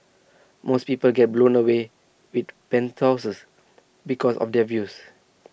most people get blown away with penthouses because of the views